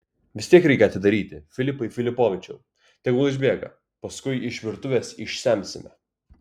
vis tiek reikia atidaryti filipai filipovičiau tegul išbėga paskui iš virtuvės išsemsime